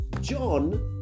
John